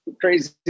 crazy